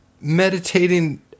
meditating